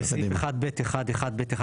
בסעיף 1(ב1)(1)(ב)(1),